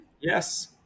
Yes